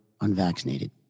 unvaccinated